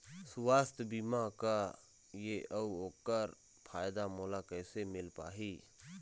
सुवास्थ बीमा का ए अउ ओकर फायदा मोला कैसे मिल पाही?